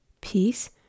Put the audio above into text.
peace